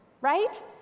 right